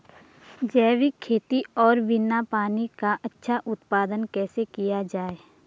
जैविक खेती और बिना पानी का अच्छा उत्पादन कैसे किया जाए?